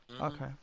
Okay